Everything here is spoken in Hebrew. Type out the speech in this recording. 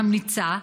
ממליצה,